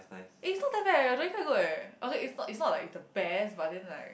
eh it's not that bad eh your drawing quite good eh okay it's not it's not like the best but then like